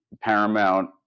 Paramount